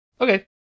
okay